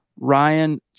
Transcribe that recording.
Ryan